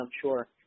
sure